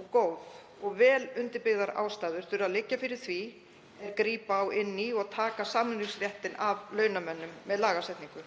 og góð rök og vel undirbyggðar ástæður þurfi að liggja fyrir því ef grípa á inn í og taka samningsréttinn af launamönnum með lagasetningu.